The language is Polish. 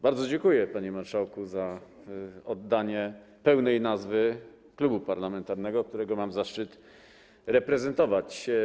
Bardzo dziękuję, panie marszałku, za oddanie pełnej nazwy klubu parlamentarnego, który mam zaszczyt reprezentować.